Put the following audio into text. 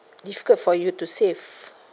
difficult for you to save